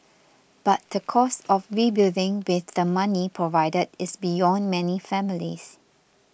but the cost of rebuilding with the money provided is beyond many families